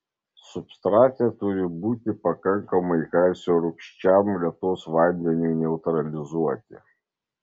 substrate turi būti pakankamai kalcio rūgščiam lietaus vandeniui neutralizuoti